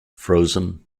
frozen